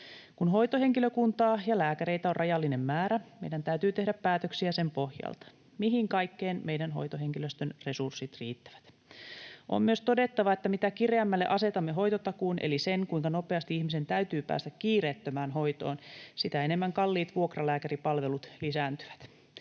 Kun hoitohenkilökuntaa ja lääkäreitä on rajallinen määrä, meidän täytyy tehdä päätöksiä sen pohjalta, mihin kaikkeen meidän hoitohenkilöstön resurssit riittävät. On myös todettava, että mitä kireämmälle asetamme hoitotakuun eli sen, kuinka nopeasti ihmisen täytyy päästä kiireettömään hoitoon, sitä enemmän kalliit vuokralääkäripalvelut lisääntyvät,